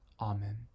Amen